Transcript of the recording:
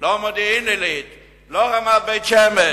לא מודיעין-עילית, לא רמת-בית-שמש,